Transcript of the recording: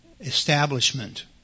establishment